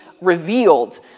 revealed